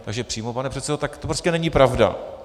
Takže přímo, pane předsedo, tak to prostě není pravda.